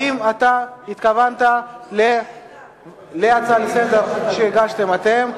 האם אתה התכוונת להצעה לסדר-היום שהגשתם אתם,